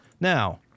now